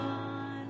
on